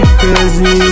crazy